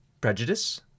prejudice